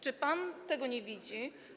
Czy pan tego nie widzi?